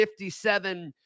57